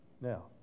Now